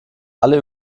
alle